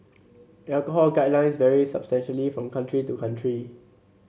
alcohol guidelines vary substantially from country to country